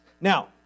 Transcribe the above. Now